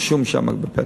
רשום שם בפתק.